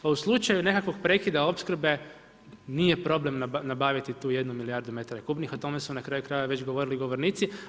Pa u slučaju nekakvog prekida opskrbe nije problem nabaviti tu jednu milijardu metara kubnih, o tome su na kraju krajeva već govorili govornici.